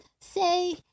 say